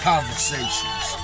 Conversations